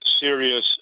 serious